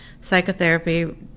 psychotherapy